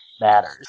matters